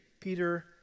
Peter